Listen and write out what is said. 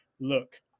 look